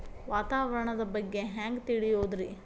ವಾತಾವರಣದ ಬಗ್ಗೆ ಹ್ಯಾಂಗ್ ತಿಳಿಯೋದ್ರಿ?